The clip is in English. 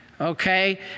Okay